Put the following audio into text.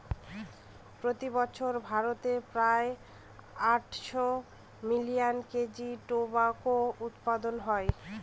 প্রতি বছর ভারতে প্রায় আটশো মিলিয়ন কেজি টোবাকো উৎপাদন হয়